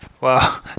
Wow